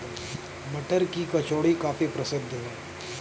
मटर की कचौड़ी काफी प्रसिद्ध है